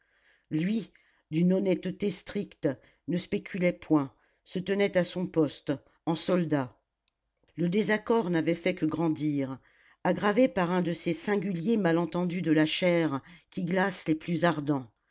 lui d'une honnêteté stricte ne spéculait point se tenait à son poste en soldat le désaccord n'avait fait que grandir aggravé par un de ces singuliers malentendus de la chair qui glacent les plus ardents